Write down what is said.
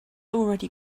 already